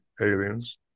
aliens